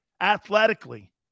athletically